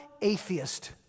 atheist